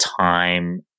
time